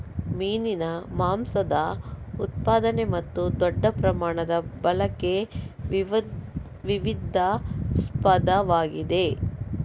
ಮೀನಿನ ಮಾಂಸದ ಉತ್ಪಾದನೆ ಮತ್ತು ದೊಡ್ಡ ಪ್ರಮಾಣದ ಬಳಕೆ ವಿವಾದಾಸ್ಪದವಾಗಿದೆ